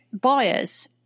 buyers